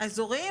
האזוריים,